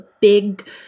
big